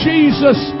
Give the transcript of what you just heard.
Jesus